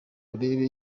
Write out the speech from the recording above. urebe